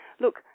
look